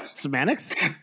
semantics